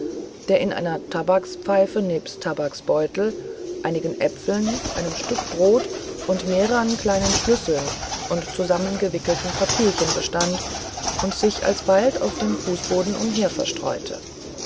der in einer tabakspfeife nebst tabaksbeutel einigen äpfeln einem stück brot und mehrern kleinen schlüsseln und zusammengewickelten papierchen bestand und sich alsbald auf den fußboden umher verstreuete